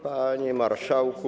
Panie Marszałku!